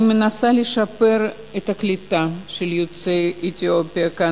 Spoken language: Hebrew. אני מנסה לשפר את הקליטה של יוצאי אתיופיה כאן,